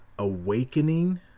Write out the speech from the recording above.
awakening